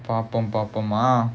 பாப்போம் பாப்போம்:paappom paappomaa ah